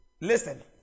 Listen